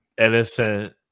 innocent